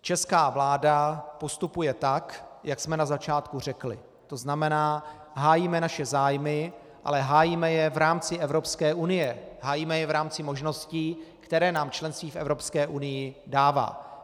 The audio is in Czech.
Česká vláda postupuje tak, jak jsme na začátku řekli, to znamená, hájíme naše zájmy, ale hájíme je v rámci Evropské unie, hájíme je v rámci možností, které nám členství v Evropské unii dává.